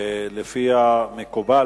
לפי המקובל,